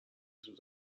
زود